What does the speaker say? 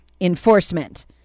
enforcement